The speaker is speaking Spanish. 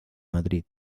madrid